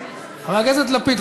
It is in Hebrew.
חבר הכנסת לפיד,